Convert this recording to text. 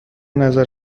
نظر